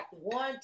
one